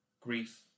grief